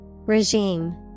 Regime